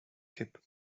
kipp